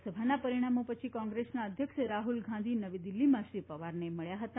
લોકસભાના પરિણામો પછી કોંગ્રેસના અધ્યક્ષ રાહુલ ગાંધી નવી દિલ્હીમાં શ્રી પવારને મળ્યા હતા